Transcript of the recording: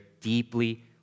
deeply